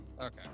Okay